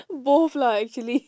both lah actually